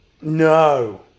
No